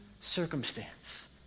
circumstance